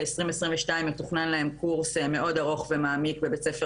ב-2022 מתוכנן להן קורס מאוד ארוך ומעמיק בבית ספר